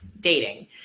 dating